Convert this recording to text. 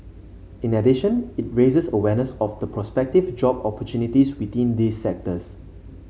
in addition it raises awareness of the prospective job opportunities within these sectors